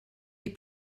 les